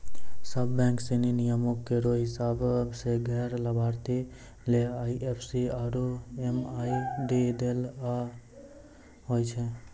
सब बैंक सिनी नियमो केरो हिसाब सें गैर लाभार्थी ले आई एफ सी आरु एम.एम.आई.डी दै ल होय छै